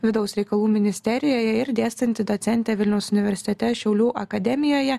vidaus reikalų ministerijoje ir dėstanti docentė vilniaus universitete šiaulių akademijoje